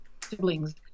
siblings